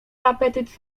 apetyt